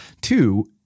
two